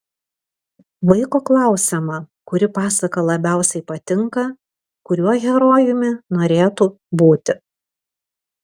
vaiko klausiama kuri pasaka labiausiai patinka kuriuo herojumi norėtų būti